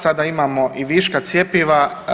Sada imamo i viška cjepiva.